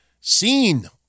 Seen